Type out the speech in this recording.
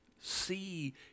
see